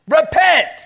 Repent